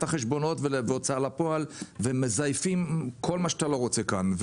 החשבונות והוצאה לפועל ומזייפים כל מה שאתה לא רוצה כאן.